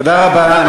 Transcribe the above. תודה רבה.